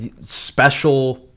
special